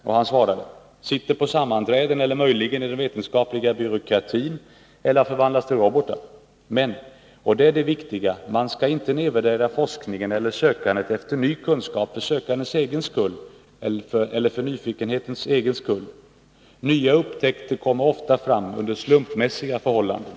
Och han svarade: ”Sitter på sammanträden eller möjligen i den vetenskapliga byråkratin eller har förvandlats till robo Men — och det är det viktiga — man skall inte nedvärdera forskningen eller sökandet efter ny kunskap för sökandets egen skull eller för nyfikenhetens egen skull. Nya upptäckter kommer ofta fram under slumpmässiga förhållanden.